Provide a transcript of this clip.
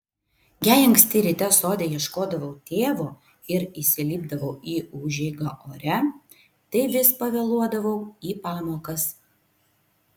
jei anksti ryte sode ieškodavau tėvo ir įsilipdavau į užeigą ore tai vis pavėluodavau į pamokas